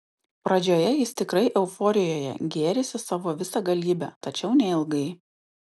pradžioje jis tikrai euforijoje gėrisi savo visagalybe tačiau neilgai